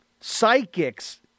psychics